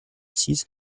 six